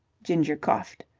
ginger coughed.